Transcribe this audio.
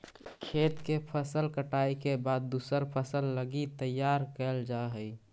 खेत के फसल कटाई के बाद दूसर फसल लगी तैयार कैल जा हइ